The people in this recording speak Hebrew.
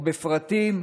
או בפרטים,